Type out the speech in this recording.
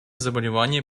заболевания